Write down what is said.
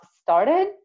started